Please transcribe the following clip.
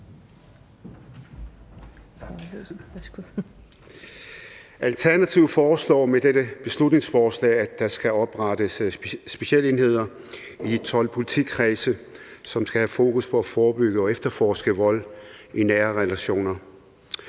Alternativet foreslår med dette beslutningsforslag, at der skal oprettes specialenheder i 12 politikredse, som skal have fokus på at forebygge og efterforske vold i nære relationer.